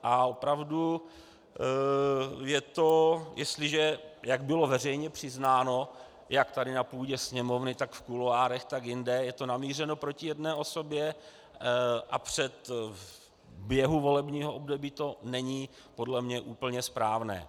A opravdu je to, jestliže, jak bylo veřejně přiznáno jak tady na půdě Sněmovny, tak v kuloárech, tak jinde, je to namířeno proti jedné osobě a v běhu volebního období, to není podle mě úplně správné.